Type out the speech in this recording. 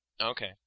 Okay